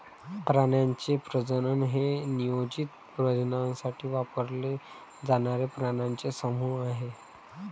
प्राण्यांचे प्रजनन हे नियोजित प्रजननासाठी वापरले जाणारे प्राण्यांचे समूह आहे